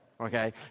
Okay